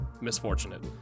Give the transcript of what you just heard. Misfortunate